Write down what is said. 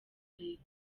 leta